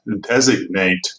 designate